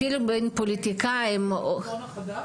אפילו בין פוליטיקאים -- המוזיאון החדש?